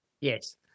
Yes